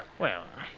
well,